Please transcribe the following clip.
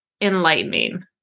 enlightening